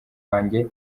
wanjye